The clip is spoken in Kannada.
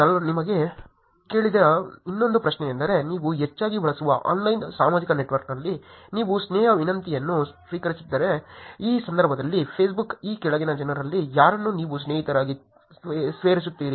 ನಾನು ನಿಮಗೆ ಕೇಳಿದ ಇನ್ನೊಂದು ಪ್ರಶ್ನೆಯೆಂದರೆ ನೀವು ಹೆಚ್ಚಾಗಿ ಬಳಸುವ ಆನ್ಲೈನ್ ಸಾಮಾಜಿಕ ನೆಟ್ವರ್ಕ್ನಲ್ಲಿ ನೀವು ಸ್ನೇಹ ವಿನಂತಿಯನ್ನು ಸ್ವೀಕರಿಸಿದರೆ ಈ ಸಂದರ್ಭದಲ್ಲಿ ಫೇಸ್ಬುಕ್ ಈ ಕೆಳಗಿನ ಜನರಲ್ಲಿ ಯಾರನ್ನು ನೀವು ಸ್ನೇಹಿತರಾಗಿ ಸೇರಿಸುತ್ತೀರಿ